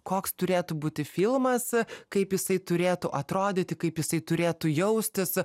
koks turėtų būti filmas kaip jisai turėtų atrodyti kaip jisai turėtų jaustis